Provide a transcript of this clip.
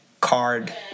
card